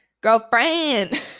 Girlfriend